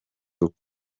uku